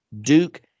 Duke